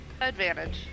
Advantage